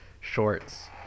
shorts